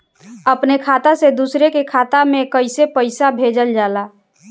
अपने खाता से दूसरे के खाता में कईसे पैसा भेजल जाला?